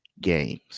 games